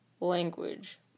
Language